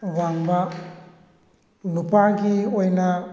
ꯋꯥꯡꯕ ꯅꯨꯄꯥꯒꯤ ꯑꯣꯏꯅ